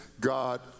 God